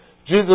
Jesus